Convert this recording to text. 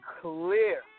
clear